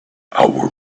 our